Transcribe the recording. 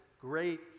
great